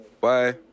Bye